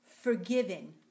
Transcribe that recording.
forgiven